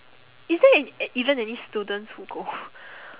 is there e~ even any students who go